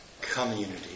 community